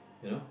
you know